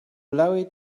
blurry